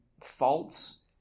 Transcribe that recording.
faults